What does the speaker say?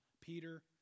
Peter